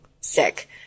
sick